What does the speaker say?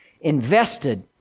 invested